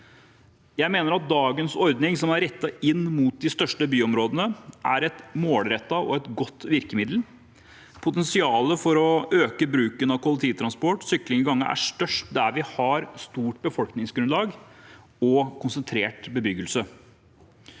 Jeg mener at dagens ordning, som er rettet inn mot de største byområdene, er et målrettet og godt virkemiddel. Potensialet for å øke bruken av kollektivtransport, sykling og gange er størst der vi har stort befolkningsgrunnlag og konsentrert bebyggelse.